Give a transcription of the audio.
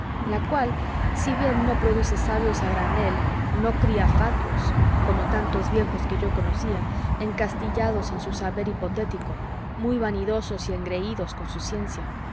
la cual si bien no produce sabios a granel no cría fátuos como tantos viejos que yo conocía encastillados en su saber hipotético muy vanidosos y engreídos con su ciencia